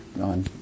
on